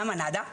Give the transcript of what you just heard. למה נדא,